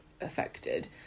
affected